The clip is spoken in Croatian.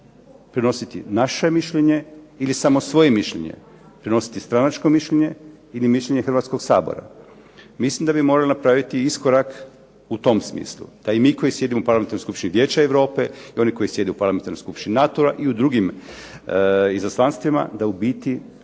Prinositi naše mišljenje ili samo svoje mišljenje? Prinositi stranačko mišljenje ili mišljenje Hrvatskog sabora. Mislim da bi morali napraviti iskorak u tom smislu, da i mi koji sjedimo u parlamentarnoj skupštini Vijeća Europe, i oni koji sjede u parlamentarnoj skupštini NATO-a i u drugim izaslanstvima da u biti